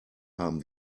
haben